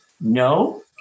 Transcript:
no